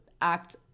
act